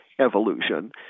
evolution